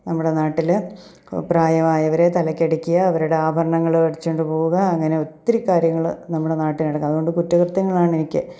നമ്മുടെ നാട്ടിൽ പ്രായമായവരെ തലക്കടിക്കുക അവരുടെ ആഭരണങ്ങൾ അടിച്ചു കൊണ്ടു പോകുക അങ്ങനെ ഒത്തിരി കാര്യങ്ങൾ നമ്മുടെ നാട്ടിൽ നടക്കുന്നു അതുകൊണ്ട് കുറ്റകൃത്യങ്ങളാണെനിക്ക്